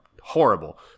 horrible